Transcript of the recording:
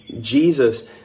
Jesus